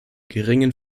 geringen